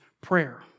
prayer